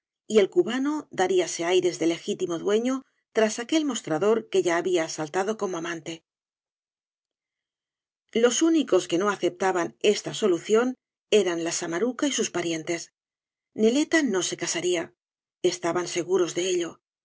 y el cubano dariase airea de legítimo dueño tras aquel mostra dor que ya había asaltado como amante los únicos que no aceptaban esta solución eran la samaruca y sus parientes nelea no se casaría estaban seguros de ello